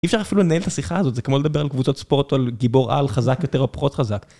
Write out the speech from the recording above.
אי אפשר אפילו לנהל את השיחה הזאת, זה כמו לדבר על קבוצות ספורט או על גיבור על חזק יותר או פחות חזק.